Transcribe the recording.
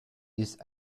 ist